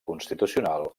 constitucional